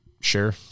Sure